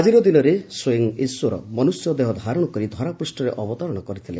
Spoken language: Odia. ଆକିର ଦିନରେ ସ୍ୱୟଂ ଈଶ୍ୱର ମନୁଷ୍ୟ ଦେହ ଧାରଶ କରି ଧରାପୂଷ୍ଟରେ ଅବତରଣ କରିଥିଲେ